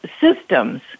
systems